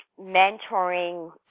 mentoring